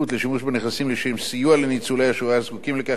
לשם סיוע לניצולי השואה הזקוקים לכך על פני ההנצחה.